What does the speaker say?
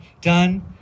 done